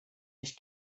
nicht